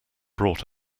brought